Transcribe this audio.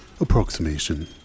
approximation